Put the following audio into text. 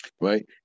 Right